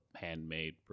handmade